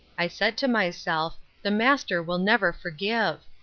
i said to myself, the master will never forgive.